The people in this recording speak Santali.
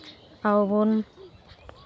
ᱟᱵᱚ ᱵᱚᱱ